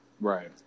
Right